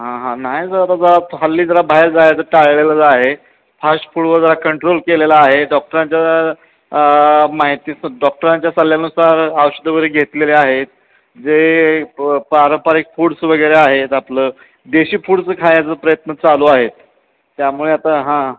हां हां नाही जात आता हल्ली जरा बाहेर जायचं टाळलेलं आहे फास्ट फूडवर जरा कंट्रोल केलेला आहे डॉक्टरांच्या माहितीस डॉक्टरांच्या सल्ल्यानुसार औषधं वगैरे घेतलेले आहेत जे प पारंपरिक फूड्स वगैरे आहेत आपलं देशी फूड्स खायचं प्रयत्न चालू आहेत त्यामुळे आता हां